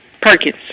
Perkins